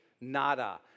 nada